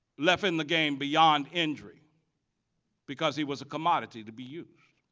left in the game beyond injury because he was a commodity to be used,